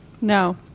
No